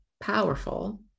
powerful